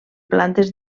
plantes